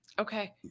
Okay